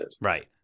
Right